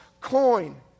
coin